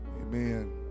Amen